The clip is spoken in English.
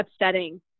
upsetting